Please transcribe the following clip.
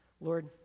Lord